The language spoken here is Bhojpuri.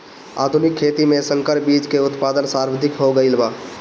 आधुनिक खेती में संकर बीज के उत्पादन सर्वाधिक हो गईल बा